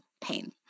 pain